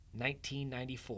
1994